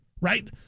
right